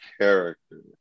character